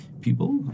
people